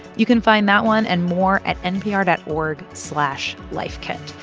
you can find that one and more at npr dot org slash lifekit.